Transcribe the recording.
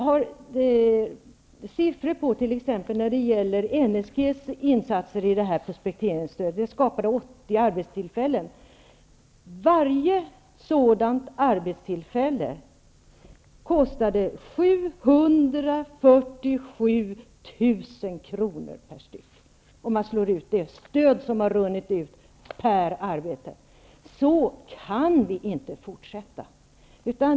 NSG:s insatser i prospekteringsstödet skapade 80 arbetstillfällen. Om man slår ut det stöd som har runnit ut på antalet arbetstillfällen finner man att varje sådant arbetstillfälle kostade 747 000 kr. Så kan vi inte fortsätta.